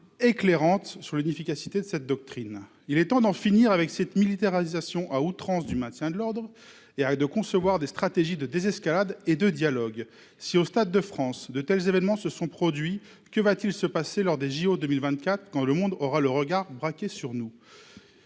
éclairante sur l'inefficacité de cette doctrine. Il est temps d'en finir avec cette militarisation à outrance du maintien de l'ordre et de concevoir des stratégies de désescalade et de dialogue. Si de tels événements se sont produits au Stade de France, que se passera-t-il lors des jeux Olympiques de 2024, quand le monde aura le regard braqué sur nous ?